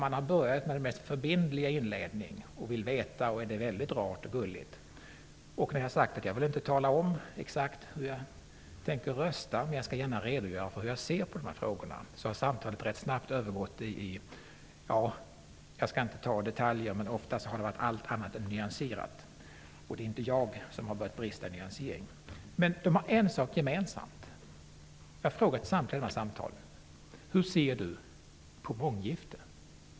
De har börjat med den mest förbindliga inledning, vill veta, och det är väldigt rart och gulligt. När jag har sagt att jag inte vill tala om exakt hur jag tänker rösta, men att jag gärna skall redogöra för hur jag ser på dessa frågor, har samtalet rätt snabbt övergått i något annat. Jag skall inte ta några detaljer, men ofta har det varit allt annat än nyanserat, och det är inte jag som börjat brista i nyanseringen. Dessa samtal har en sak gemensamt. Jag har vid samtliga dessa samtal frågat: Hur ser du på månggifte?